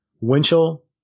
Winchell